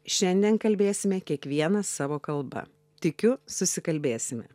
šiandien kalbėsime kiekvienas savo kalba tikiu susikalbėsime